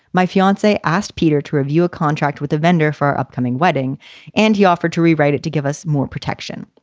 my fiancee asked peter to review a contract with the vendor for our upcoming wedding and he offered to rewrite it to give us more protection.